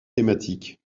thématique